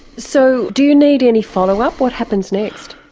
so do you need any follow-up? what happens next?